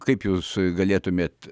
kaip jūs galėtumėt